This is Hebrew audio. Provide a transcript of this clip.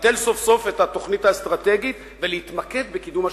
לבטל סוף-סוף את התוכנית האסטרטגית ולהתמקד בקידום השלום.